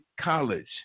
college